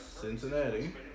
Cincinnati